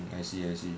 I see I see